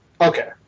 Okay